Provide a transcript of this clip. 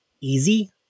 easy